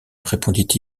répondit